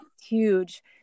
huge